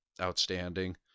outstanding